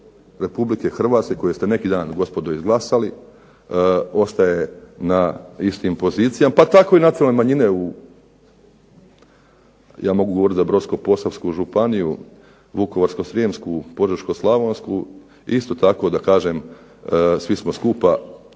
Republike Hrvatske koji ste neki dan gospodo izglasali, ostaje na istim pozicijama pa tako i nacionalne manjine u, ja mogu govorit za Brodsko-posavsku županiju, Vukovarsko-srijemsku, Požeško-slavonsku. Isto tako da kažem, svi smo skupa